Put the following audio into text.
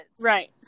right